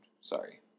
Sorry